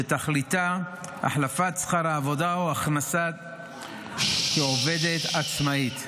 שתכליתה החלפת שכר העבודה או ההכנסה כעובדת עצמאית.